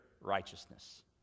righteousness